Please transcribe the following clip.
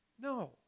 No